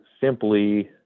simply